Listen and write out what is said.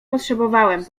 potrzebowałem